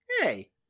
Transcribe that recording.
Hey